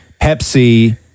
Pepsi